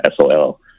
SOL